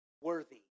worthy